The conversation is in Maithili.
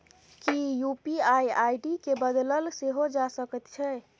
कि यू.पी.आई आई.डी केँ बदलल सेहो जा सकैत छै?